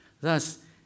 Thus